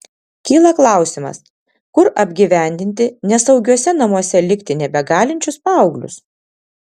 kyla klausimas kur apgyvendinti nesaugiuose namuose likti nebegalinčius paauglius